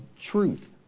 truth